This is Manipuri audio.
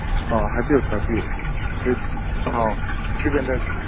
ꯑꯣ ꯍꯥꯏꯕꯤꯌꯨ ꯇꯥꯛꯄꯤꯌꯨ ꯁ꯭ꯋꯤꯠ ꯍꯥꯎ ꯏꯁꯇ꯭ꯔꯤꯠ ꯚꯦꯟꯗꯔ